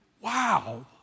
Wow